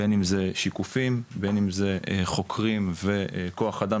בין אם זה שיקופים בין אם זה חוקרים וכוח אדם